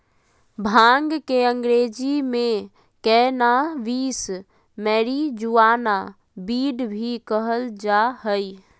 भांग के अंग्रेज़ी में कैनाबीस, मैरिजुआना, वीड भी कहल जा हइ